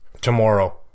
tomorrow